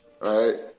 right